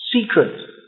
secret